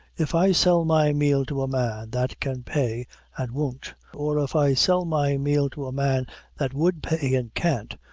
if i sell my meal to a man that can pay and won't, or if i sell my meal to a man that would pay and can't,